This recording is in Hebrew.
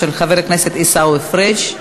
של חבר הכנסת עיסאווי פריג'.